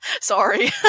Sorry